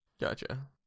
gotcha